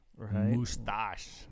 Mustache